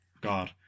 god